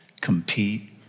compete